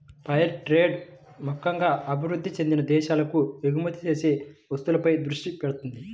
fair trade ముక్కెంగా అభివృద్ధి చెందిన దేశాలకు ఎగుమతి చేసే వస్తువులపై దృష్టి పెడతది